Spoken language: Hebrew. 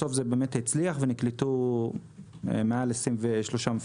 בסוף זה באמת הצליח ונקלטו מעל 23 מפקחים.